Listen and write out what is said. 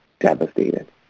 devastated